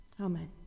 Amen